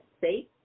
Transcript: safe